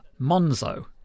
Monzo